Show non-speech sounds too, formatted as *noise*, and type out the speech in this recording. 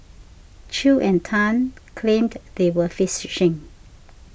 Chew and Tan claimed they were *unintelligible*